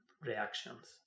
reactions